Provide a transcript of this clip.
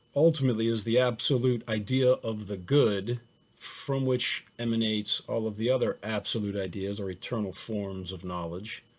ultimately is the absolute idea of the good from which emanates all of the other absolute ideas or eternal forms of knowledge.